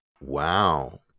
Wow